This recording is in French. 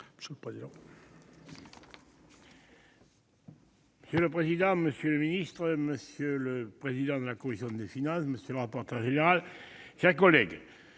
Monsieur le président, monsieur le ministre, monsieur le président de la commission des finances, monsieur le rapporteur général de la